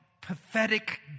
pathetic